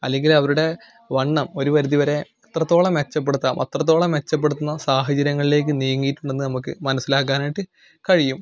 അല്ലെങ്കിൽ അവരുടെ വണ്ണം ഒരു പരിധി വരെ എത്രത്തോളം മെച്ചപ്പെടുത്താം അത്രത്തോളം മെച്ചപ്പെടുത്തുന്ന സാഹചര്യങ്ങളിലേക്ക് നീങ്ങിയിട്ടുണ്ടെന്ന് നമുക്ക് മനസ്സിലാക്കാനായിട്ട് കഴിയും